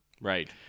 Right